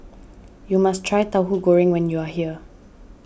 you must try Tauhu Goreng when you are here